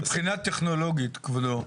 לא הבנתי מבחינה טכנולוגית כבודו,